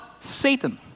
Satan